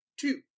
two